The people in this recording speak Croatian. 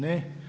Ne.